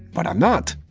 but i am not!